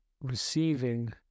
receiving